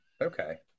Okay